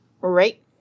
Right